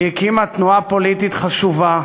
היא הקימה תנועה פוליטית חשובה,